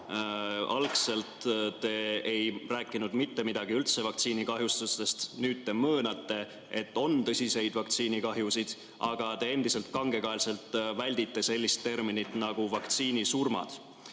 Algselt te ei rääkinud mitte midagi vaktsiinikahjustustest, nüüd te möönate, et on tõsiseid vaktsiinikahjusid, aga te endiselt kangekaelselt väldite sellist terminit nagu "vaktsiinisurmad".